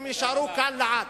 והם יישארו כאן לעד.